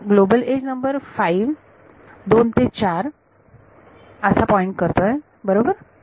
तर global age number 5 दोन ते चार अशी पॉईंट करते बरोबर